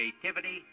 creativity